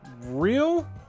real